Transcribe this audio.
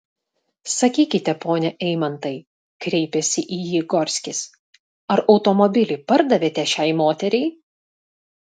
sakykite pone eimantai kreipėsi į jį gorskis ar automobilį pardavėte šiai moteriai